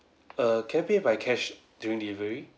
err can I pay by cash during delivery